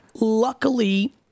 Luckily